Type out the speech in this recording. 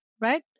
right